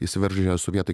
įsiveržę sovietai